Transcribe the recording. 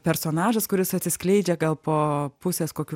personažas kuris atsiskleidžia gal po pusės kokių